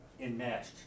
enmeshed